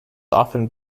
often